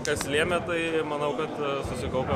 kas lėmė tai manau kad susikaupę